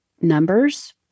numbers